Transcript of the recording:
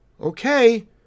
Okay